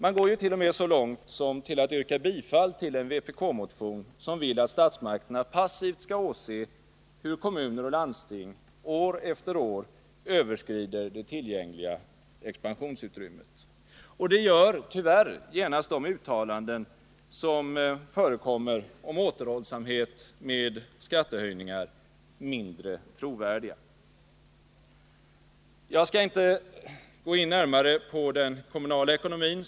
Man går t.o.m. så långt som till att yrka bifall till en vpk-motion, vilken går ut på att statsmakterna passivt skall åse hur kommuner och landsting år efter år överskrider det tillgängliga expansionsutrymmet. Det gör tyvärr genast de uttalanden som förekommer om återhållsamhet med skattehöjningar mindre trovärdiga. Jag skall inte närmare gå in på frågan om den kommunala ekonomin.